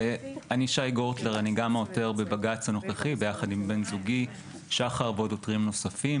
אני גם העותר הנוכחי בבג"ץ ביחד עם בן זוגי שחר ועוד עותרים נוספים.